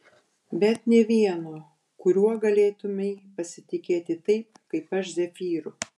bet nė vieno kuriuo galėtumei pasitikėti taip kaip aš zefyru